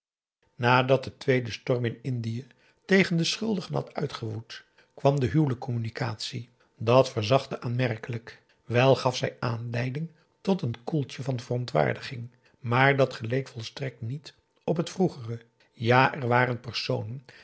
nadat de tweede storm in indië tegen de schuldigen had uitgewoed kwam de huwelijk communicatie dat verzachtte aanmerkelijk wel gaf zij aanleiding tot een koeltje van verontwaardiging maar dat geleek volstrekt niet op het vroegere ja er waren